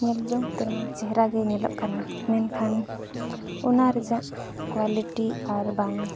ᱧᱮᱞ ᱡᱚᱝ ᱛᱮᱢᱟ ᱪᱮᱨᱦᱟ ᱜᱮ ᱧᱮᱞᱚᱜ ᱠᱟᱱᱟ ᱢᱮᱱᱠᱷᱟᱱ ᱚᱱᱟ ᱨᱮᱭᱟᱜ ᱠᱚᱣᱟᱞᱤᱴᱤ ᱟᱨ ᱵᱟᱝ